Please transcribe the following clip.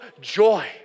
joy